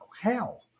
hell